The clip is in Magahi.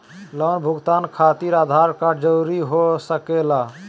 लोन भुगतान खातिर आधार कार्ड जरूरी हो सके ला?